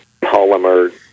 polymer